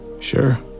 Sure